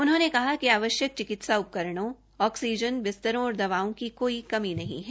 उन्होंने कहा कि आवश्यक चिकित्सा उपकरणों ऑक्सीजन बिस्तरों और दवाओं की कोई कमी नहीं है